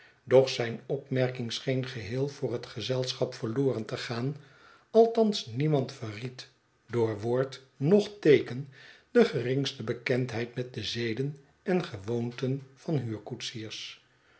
doch zijn opmerking scheen geheel voor het gezelschap verloren te gaan althans niemand verried door woord rioch teeken de geringste bekendheid met de zeden en gewoonten van